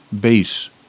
base